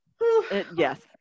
Yes